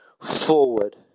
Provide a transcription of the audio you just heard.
forward